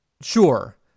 sure